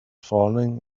falling